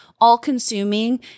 all-consuming